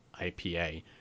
IPA